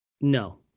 No